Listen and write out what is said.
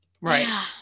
Right